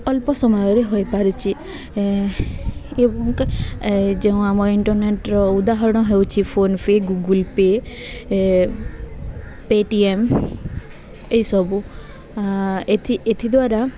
ଅଳ୍ପ ସମୟରେ ହୋଇପାରିଛି ଯେଉଁ ଆମ ଇଣ୍ଟରନେଟର ଉଦାହରଣ ହେଉଛି ଫୋନପେ ଗୁଗୁଲପେ ପେଟିଏମ୍ ଏସବୁ ଏଥି ଏଥି ଦ୍ୱାରା